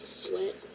sweat